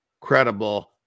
credible